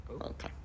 Okay